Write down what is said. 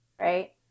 right